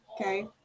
Okay